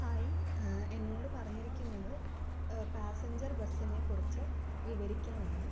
hi എന്നോട് പറഞ്ഞിരിക്കുന്നത് passenger ബസ്സിനെക്കുറച്ച് വിവരിക്കാനാണ്